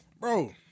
Bro